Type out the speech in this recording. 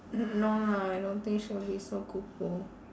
no no I don't think she'll be so kuku